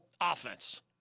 offense